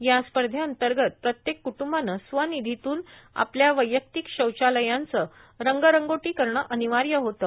या स्पर्धेअंतर्गत प्रत्येक क्ट्रंबानं स्वनिधीतून आपल्या वैयक्तिक शौचालयांचं रंगरंगोटी करणं अनिवार्य होतं